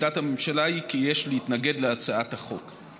עמדת הממשלה היא כי יש להתנגד להצעת החוק.